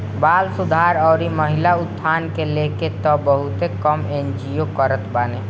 बाल सुधार अउरी महिला उत्थान के लेके तअ बहुते काम एन.जी.ओ करत बाने